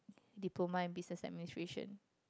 diploma in Business-Administration